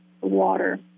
water